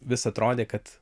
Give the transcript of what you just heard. vis atrodė kad